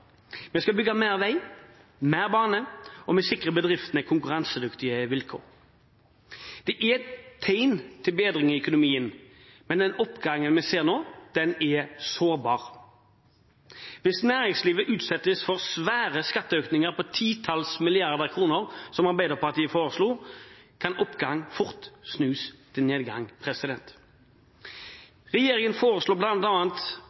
Vi skal bygge mer vei og mer bane, og vi sikrer bedriftene konkurransedyktige vilkår. Det er tegn til bedring i økonomien, men oppgangen vi ser nå, er sårbar. Hvis næringslivet utsettes for store skatteøkninger på titalls milliarder kroner, som Arbeiderpartiet foreslo, kan oppgang fort snus til nedgang.